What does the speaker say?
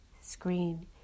screen